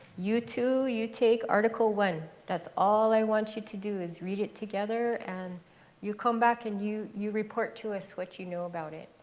you two, you take article one. that's all i want you to do is read it together. and you come back. and you you report to us what you know about it.